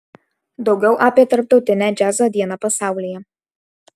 daugiau apie tarptautinę džiazo dieną pasaulyje